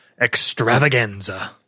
Extravaganza